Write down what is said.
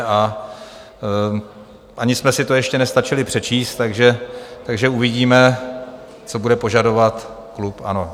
A ani jsme si to ještě nestačili přečíst, takže uvidíme, co bude požadovat klub ANO.